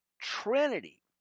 Trinity